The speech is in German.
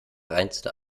reinste